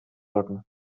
backen